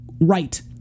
right